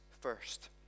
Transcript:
first